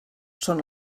són